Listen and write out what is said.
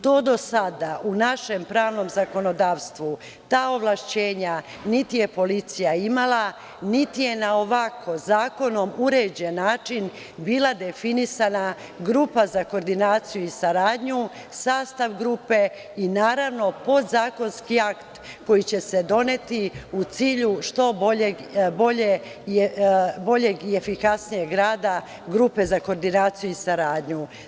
To do sada, u našem pravnom zakonodavstvu, ta ovlašćenja niti je policija imala, niti je na ovako zakonom uređen način bila definisana Grupa za koordinaciju i saradnju, sastav grupe i naravno podzakonski akt koji će se doneti u cilju što boljeg i efikasnijeg rada Grupe za koordinaciju i saradnju.